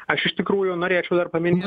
aš iš tikrųjų norėčiau dar paminėt